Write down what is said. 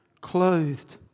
clothed